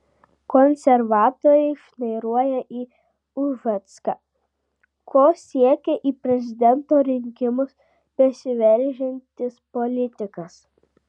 konservatoriai šnairuoja į ušacką ko siekia į prezidento rinkimus besiveržiantis politikas